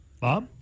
Bob